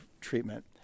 treatment